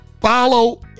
Follow